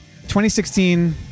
2016